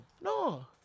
No